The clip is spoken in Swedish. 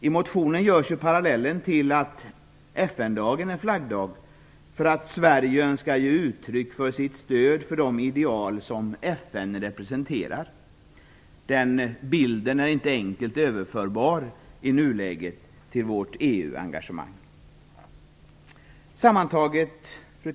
I motionen dras parallellen med att FN-dagen är en flaggdag för att Sverige önskar ge uttryck för sitt stöd för de ideal som FN representerar. Den bilden är i nuläget inte enkelt överförbar till vårt EU engagemang. Fru talman!